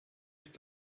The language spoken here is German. ist